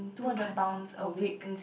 two hundred pounds a week